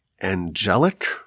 angelic